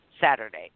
Saturday